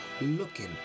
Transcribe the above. looking